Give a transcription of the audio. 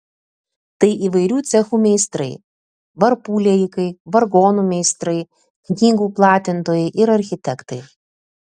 tai įvairių cechų meistrai varpų liejikai vargonų meistrai knygų platintojai ir architektai